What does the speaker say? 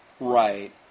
Right